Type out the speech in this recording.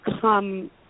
come